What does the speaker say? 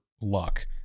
luck